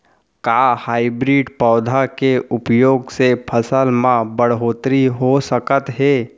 का हाइब्रिड पौधा के उपयोग से फसल म बढ़होत्तरी हो सकत हे?